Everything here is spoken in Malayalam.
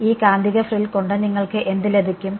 ഈ കാന്തിക ഫ്രിൽ കൊണ്ട് നിങ്ങൾക്ക് എന്ത് ലഭിക്കും